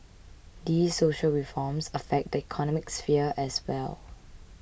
these social reforms affect the economic sphere as well